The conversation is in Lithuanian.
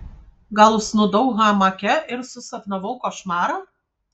gal užsnūdau hamake ir susapnavau košmarą